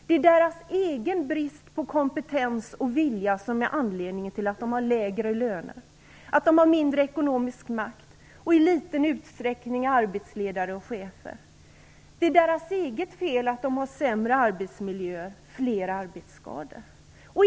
Det är deras egen brist på kompetens och vilja som är anledningen till att de har lägre löner, mindre ekonomisk makt och till att de i liten utsträckning är arbetsledare och chefer. Det är deras eget fel att de har sämre arbetsmiljöer och fler arbetsskador.